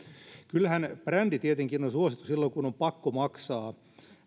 kyllähän brändi tietenkin on suosittu silloin kun on pakko maksaa